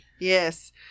Yes